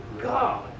God